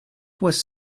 was